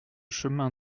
chemin